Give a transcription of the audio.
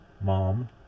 mom